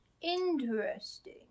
Interesting